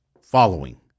following